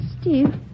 Steve